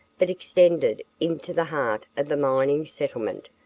but extended into the heart of the mining settlement,